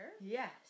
Yes